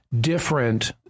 different